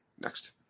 Next